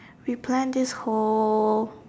we planned this whole